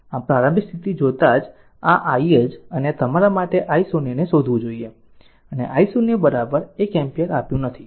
આમ પ્રારંભિક સ્થિતિ જોતાં આ i જ અને આ તમારે i0 ને શોધવું જોઈએ અને I0 1 એમ્પીયર આપ્યું નહીં